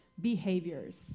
Behaviors